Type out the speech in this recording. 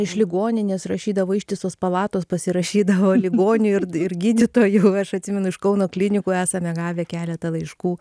iš ligoninės rašydavo ištisos palatos pasirašydavo ligonių ir ir gydytojų aš atsimenu iš kauno klinikų esame gavę keletą laiškų